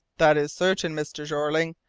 that is certain, mr. jeorling,